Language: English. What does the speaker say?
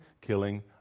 killing